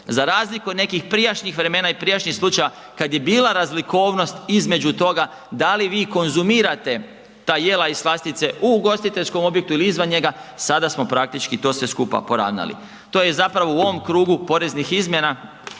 za razliku od nekih prijašnjih vremena i prijašnjih slučajeva kad je bila razlikovnost između toga da li vi konzumirate ta jela i slastice u ugostiteljskom objektu ili izvan njega, sada smo praktički to sve skupa poravnali, to je zapravo u ovom krugu poreznih izmjena